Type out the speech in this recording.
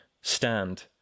stand